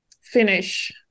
finish